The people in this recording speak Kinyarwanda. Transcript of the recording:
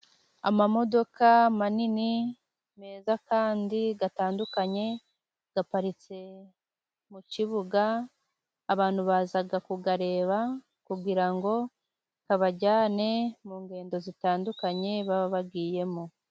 Amamodoka manini meza kandi atandukanye aparitse mu kibuga, abantu baza kuyareba kugira ngo abajyane mu ngendo zitandukanye baba bagiyemo.